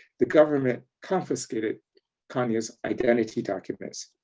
the government confiscated khanya's identity documents.